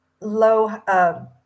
low